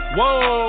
Whoa